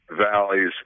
valleys